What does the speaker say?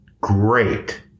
great